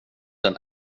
den